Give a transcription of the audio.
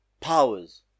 powers